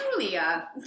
Julia